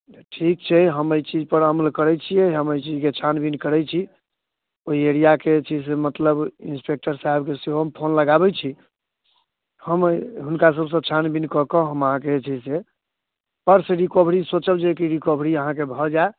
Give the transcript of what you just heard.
ठीक छै हम अइ चीजपर अमल करै छियै हम अइ चीजके छानबीन करै छी ओइ एरियाके छै से मतलब इन्स्पेक्टर साहेबके सेहो हम फोन लगाबै छी हम अइ हुनका सबसँ छानबीन कऽ कऽ हम अहाँके जे छै से पर्स रिकवरी सोचब जे कि रिकवरी अहाँके भऽ जाय